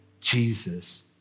Jesus